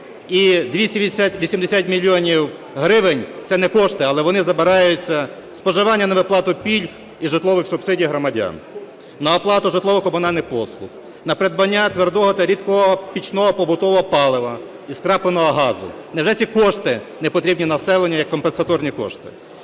І 280 мільйонів гривень – це не кошти, але вони забираються з споживання на виплату пільг і житлових субсидій громадян, на оплату житлово-комунальних послуг, на придбання твердого та рідкого пічного побутового палива і скрапленого газу. Невже ці кошти не потрібні населенню як компенсаторні кошти?